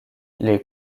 les